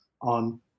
on